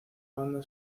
banda